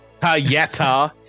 Tayeta